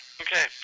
Okay